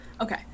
Okay